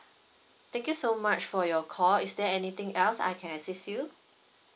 thank you so much for your call is there anything else I can assist you